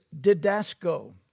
didasco